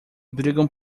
brigam